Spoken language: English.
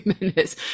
minutes